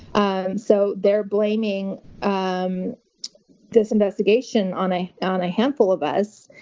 and so, they're blaming um this investigation on a on a handful of us,